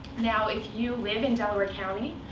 now, if you live in delaware county,